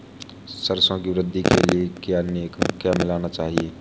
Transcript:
सरसों की वृद्धि के लिए क्या मिलाना चाहिए?